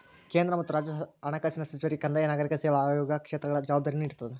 ಕೇಂದ್ರ ಮತ್ತ ರಾಜ್ಯ ಹಣಕಾಸಿನ ಸಚಿವರಿಗೆ ಕಂದಾಯ ನಾಗರಿಕ ಸೇವಾ ಆಯೋಗ ಕ್ಷೇತ್ರಗಳ ಜವಾಬ್ದಾರಿನೂ ಇರ್ತದ